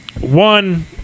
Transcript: One